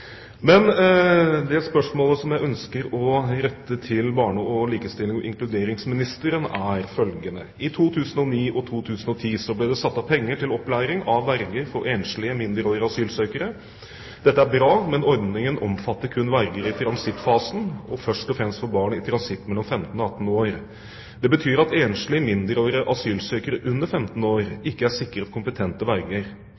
men ordningen omfatter kun verger i transittfasen, og først og fremst for barn i transitt mellom 15 og 18 år. Det betyr at enslige mindreårige asylsøkere under 15